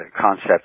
concept